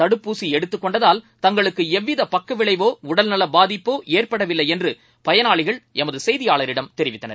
தடுப்பூசிஎடுத்துக்கொண்டதால் தங்களுக்குஎவ்விதபக்கவிளைவோ உடல்நலபாதிப்போஏற்படவில்லைஎன்றுபயனாளிகள் எமதுசெய்தியாளரிடம் தெரிவித்தனர்